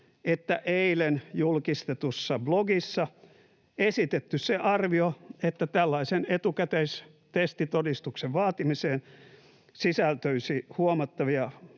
että eilen julkistetussa blogissa esitetty se arvio, että tällaisen etukäteistestitodistuksen vaatimiseen sisältyisi huomattavia